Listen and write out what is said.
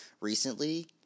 recently